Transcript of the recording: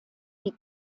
die